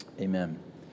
amen